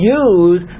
use